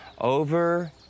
over